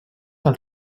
del